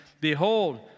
Behold